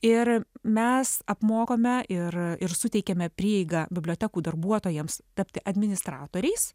ir mes apmokome ir suteikiame prieigą bibliotekų darbuotojams tapti administratoriais